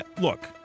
look